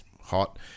hot